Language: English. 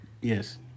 yes